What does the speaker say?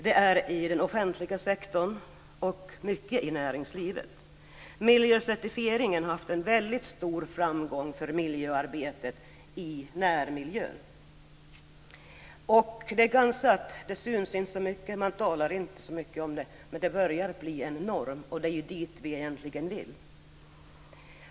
Det är i den offentliga sektorn och mycket i näringslivet. Miljöcertifieringen har varit en stor framgång för miljöarbetet i närmiljön. Kanske syns det inte så mycket, och man talar inte så mycket om det. Men det börjar bli en norm, och det är ju dit vi egentligen vill.